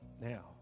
now